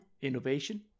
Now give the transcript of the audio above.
innovation